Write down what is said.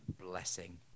blessing